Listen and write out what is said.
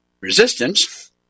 resistance